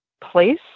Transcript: place